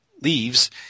leaves